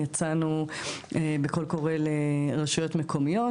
יצאנו בקול קורא לרשויות מקומיות,